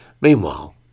Meanwhile